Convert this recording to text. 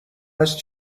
هست